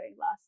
last